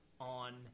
on